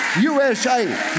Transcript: USA